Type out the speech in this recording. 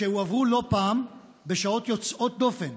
שהועברו לא פעם בשעות יוצאות דופן,